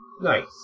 Nice